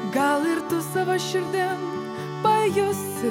gal ir tu sava širdim pajusi